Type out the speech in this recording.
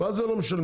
מה זה לא משלמים?